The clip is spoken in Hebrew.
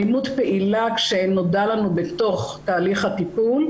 אלימות פעילה, כשנודע לנו בתוך תהליך הטיפול,